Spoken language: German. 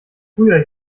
früher